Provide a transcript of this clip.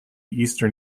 eastern